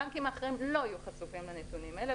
הבנקים האחרים לא יהיו חשופים לנתונים האלה,